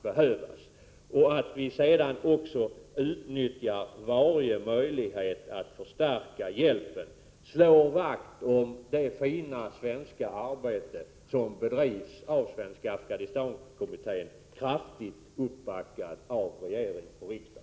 Dessutom måste vi utnyttja varje möjlighet när det gäller att förstärka hjälpen och att slå vakt om det fina svenska arbete som bedrivs av Svenska Afghanistankommittén, kraftigt uppbackad av regering och riksdag.